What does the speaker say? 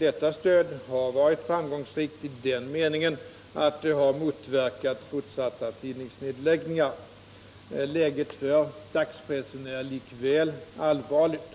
Detta stöd har varit framgångsrikt i den meningen att det motverkat fortsatta tidningsnedläggningar. Läget för dagspressen är likväl allvarligt.